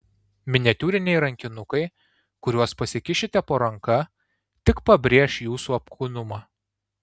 miniatiūriniai rankinukai kuriuos pasikišite po ranka tik pabrėš jūsų apkūnumą